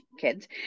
kids